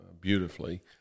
beautifully